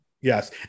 Yes